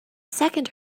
second